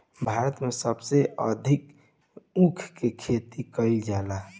भारत में सबसे अधिका ऊख के खेती कईल जाला